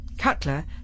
Cutler